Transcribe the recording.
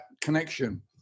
connection